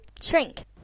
shrink